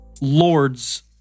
lords